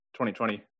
2020